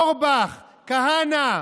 אורבך, כהנא,